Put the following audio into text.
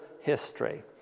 history